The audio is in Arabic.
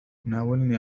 ناولني